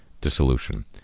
dissolution